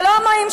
של הומואים,